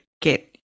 get